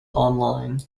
online